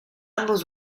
ambos